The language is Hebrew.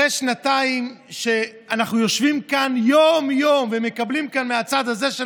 אחרי שנתיים שאנחנו יושבים כאן יום-יום ומקבלים כאן מהצד הזה של